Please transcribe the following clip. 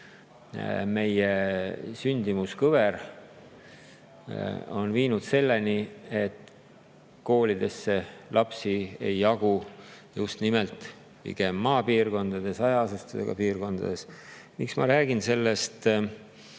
meie sündimuse kõver on viinud selleni, et koolidesse lapsi ei jagu, just nimelt pigem maapiirkondades, hajaasustusega piirkondades. Miks ma räägin sündimuse